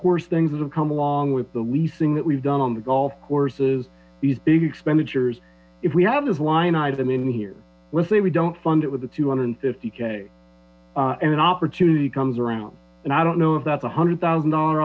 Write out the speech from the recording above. course things that have come along with the leasing that we've done on the golf courses these big expenditures if we have this line item in here let's say we don't fund it with a hundred fifty k and an opportunity comes around and i don't know if that's one hundred thousand dollar